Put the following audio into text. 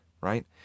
Right